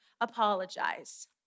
apologize